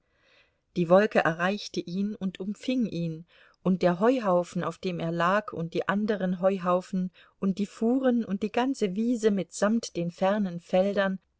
die wolke erreichte ihn und umfing ihn und der heuhaufen auf dem er lag und die anderen heuhaufen und die fuhren und die ganze wiese mitsamt den fernen feldern